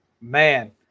man